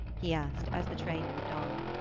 he asked as the train moved on.